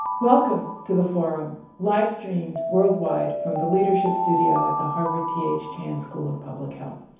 welcome to the forum live streamed worldwide from the leadership studio at the harvard th chan school of public health.